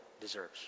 deserves